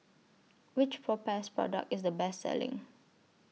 Which Propass Product IS The Best Selling